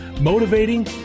motivating